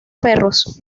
perros